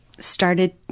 started